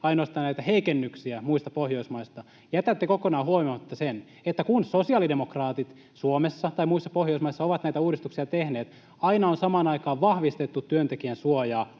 ainoastaan näitä heikennyksiä muista Pohjoismaista, jätätte kokonaan huomioimatta sen, että kun sosiaalidemokraatit Suomessa tai muissa Pohjoismaissa ovat näitä uudistuksia tehneet, aina on samaan aikaan vahvistettu työntekijän suojaa